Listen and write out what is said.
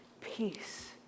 Peace